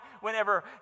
whenever